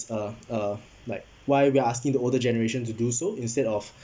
uh uh like why we are asking the older generation to do so instead of